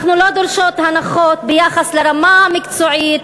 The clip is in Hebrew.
אנחנו לא דורשות הנחות ביחס לרמה המקצועית,